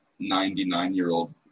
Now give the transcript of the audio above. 99-year-old